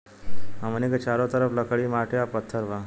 हमनी के चारो तरफ लकड़ी माटी आ पत्थर बा